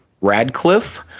Radcliffe